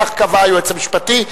כך קבע היועץ המשפטי.